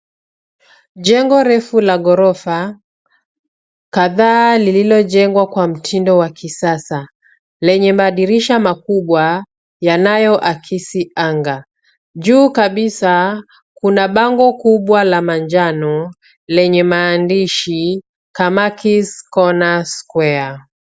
Jengo refu la gorofa kadhaa lililojengwa kwa mtindo wa kisasa lenye madirisha makubwa yanayoakisi anga. Juu kabisa kuna bango kubwa la manjano lenye maandishi Kamaki's Corner Square .